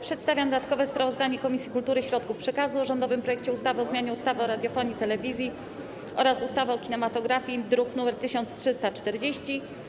Przedstawiam dodatkowe sprawozdanie Komisji Kultury i Środków Przekazu o rządowym projekcie ustawy o zmianie ustawy o radiofonii i telewizji oraz ustawy o kinematografii, druk nr 1340.